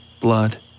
Blood